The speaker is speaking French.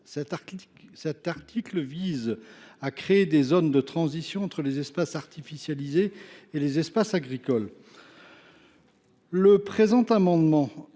cet article 14, qui vise à créer des zones de transition entre les espaces artificialisés et les espaces agricoles. Le présent amendement